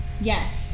Yes